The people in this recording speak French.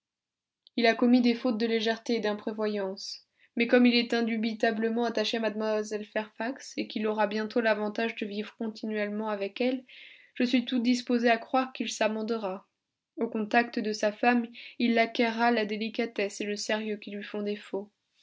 il a commis des fautes de légèreté et d'imprévoyance mais comme il est indubitablement attaché à mlle fairfax et qu'il aura bientôt l'avantage de vivre continuellement avec elle je suis tout disposé à croire qu'il s'amendera au contact de sa femme il acquerra la délicatesse et le sérieux qui lui font défaut